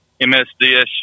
MSDS